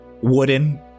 wooden